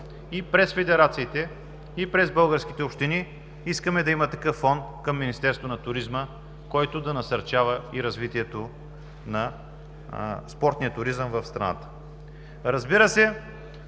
и през федерациите, и през българските общини. Искаме да има такъв фонд към Министерството на туризма, който да насърчава и развитието на спортния туризъм в страната. Разбира се,